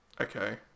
Okay